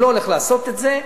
אני לא הולך לעשות את זה.